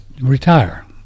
retire